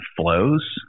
flows